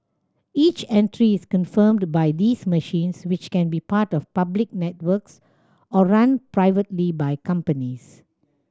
each entry is confirmed by these machines which can be part of public networks or run privately by companies